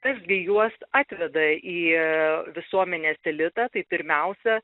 kas gi juos atveda į visuomenės elitą tai pirmiausia